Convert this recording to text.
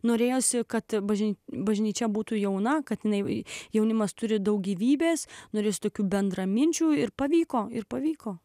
norėjosi kad graži bažnyčia būtų jauna kad jinai jaunimas turi daug gyvybės nulis tokių bendraminčių ir pavyko ir pavyko